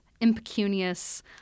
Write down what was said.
impecunious